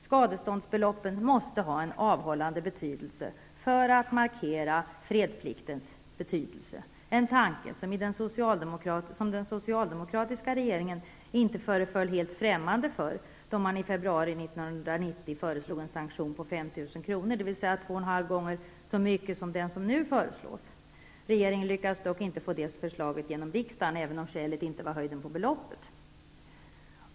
Skadeståndsbeloppen måste ha en avhållande effekt för att markera fredspliktens betydelse -- en tanke som den socialdemokratiska regeringen inte föreföll helt främmande för, då man i februari 1990 föreslog en sanktion på 5 000 kr., dvs. två och en halv gånger så mycket som den summa som nu föreslås. Regeringen lyckades dock inte få det förslaget genom riksdagen, även om skälet inte var höjden på beloppet.